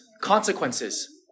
consequences